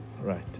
Right